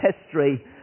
history